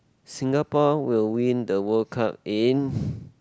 Singapore will win the World Cup in